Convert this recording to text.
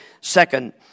second